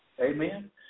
Amen